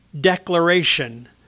declaration